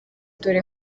dore